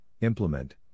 implement